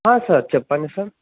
ఆ సార్ చెప్పండి సార్